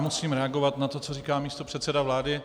Musím reagovat na to, co říká místopředseda vlády.